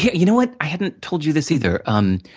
yeah you know what? i haven't told you this, either. um